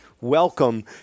Welcome